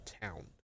town